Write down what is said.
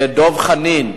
דב חנין,